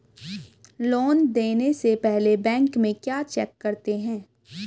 Loan देने से पहले बैंक में क्या चेक करते हैं?